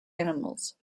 animals